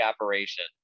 operation